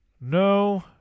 No